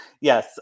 Yes